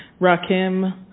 Rakim